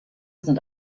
sind